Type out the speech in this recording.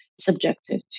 subjective